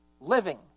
living